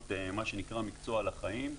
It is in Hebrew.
ולא תמיד אנחנו יודעים עליהם.